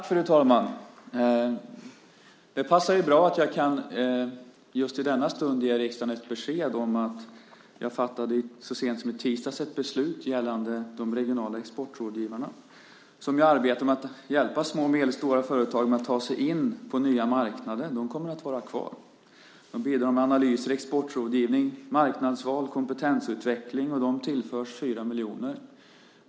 Fru talman! Det passar bra att jag i denna stund kan ge riksdagen besked om att jag så sent som i tisdags fattade ett beslut gällande de regionala exportrådgivarna. De arbetar med att hjälpa små och medelstora företag med att ta sig in på nya marknader. De kommer att vara kvar. De bidrar med analyser, exportrådgivning, marknadsval och kompetensutveckling. De tillförs 4 miljoner.